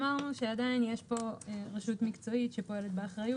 אמרנו שעדיין יש פה רשות מקצועית שפועלת באחריות.